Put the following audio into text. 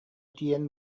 тиийэн